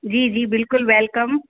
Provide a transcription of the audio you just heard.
जी जी बिल्कुलु वैल्कम